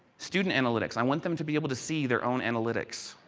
student analytics, i want them to be able to see their own analytics.